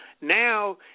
Now